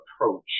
approach